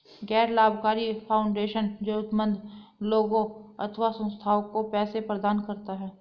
गैर लाभकारी फाउंडेशन जरूरतमन्द लोगों अथवा संस्थाओं को पैसे प्रदान करता है